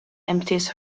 empties